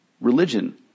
religion